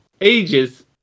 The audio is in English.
ages